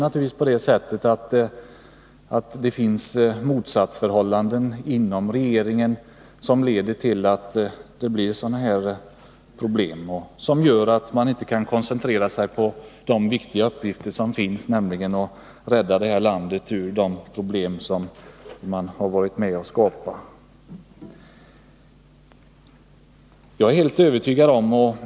Motsättningar inom regeringen leder till att det uppstår sådana här problem som gör att man inte kan koncentrera sig på den viktiga uppgiften att rädda det här landet från de svårigheter man varit med om att skapa.